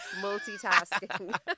multitasking